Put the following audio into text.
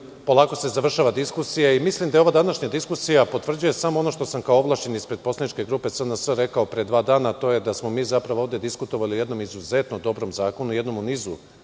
polako se završava diskusija. Mislim da i ova današnja diskusija potvrđuje samo ono što sam kao ovlašćeni ispred poslaničke grupe SNS rekao pre dva dana, a to je da smo mi zapravo ovde diskutovali o jednom izuzetno dobrom zakonu, o jednom u nizu